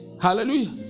Hallelujah